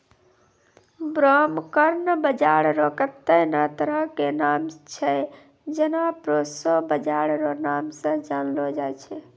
broomcorn बाजरा रो कत्ते ने तरह के नाम छै जेना प्रोशो बाजरा रो नाम से जानलो जाय छै